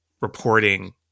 reporting